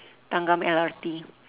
thanggam L_R_T